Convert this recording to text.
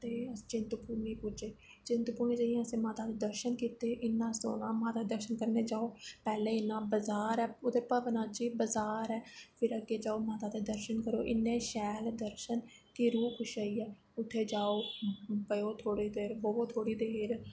ते चिंतपुर्नी पुज्जे चिंतपुर्नी जाइयै असें माता दे दर्शन कीते इन्ना सोह्ना माता दे दर्शन करन जाओ पैह्लें इन्ना बजार ऐ उत्थें भवना च बजार ऐ फिर अग्गें जाओ माता दे दर्शन करो इन्ने शैल दर्शन कि रूह् खुश होई गेआ उत्थें जाओ थोह्ड़ी देर बवो थोह्ड़ी देर